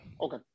Okay